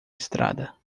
estrada